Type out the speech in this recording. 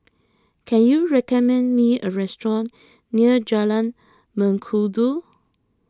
can you recommend me a restaurant near Jalan Mengkudu